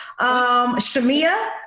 Shamia